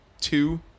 two